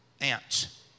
ants